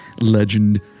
legend